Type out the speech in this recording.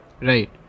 Right